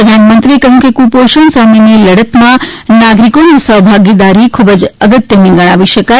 પ્રધાનમંત્રીએ કહયું કે કુપોષણ સામેની લડતમાં નાગરિકોની સહભાગીદારી ખૂબ જ અગત્યની ગણાવી શકાય